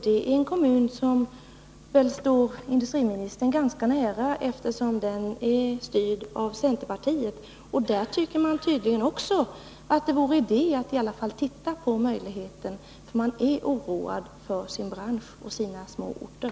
Det är en kommun som väl står industriministern ganska nära, eftersom den är styrd av centerpartiet. Där tycker man tydligen också att det vore idé att i alla fall titta på möjligheten, för man är oroad för sin bransch och sina små orter.